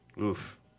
Oof